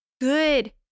good